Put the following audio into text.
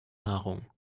nahrung